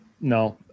no